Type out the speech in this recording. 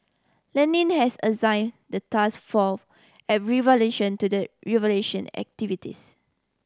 Lenin has assigned the task for revolution to the revolution activist